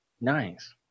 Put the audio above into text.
Nice